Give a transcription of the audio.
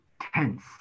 Tense